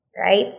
right